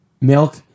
milk